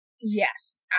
yes